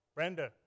Brenda